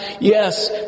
yes